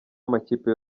amakipe